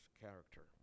character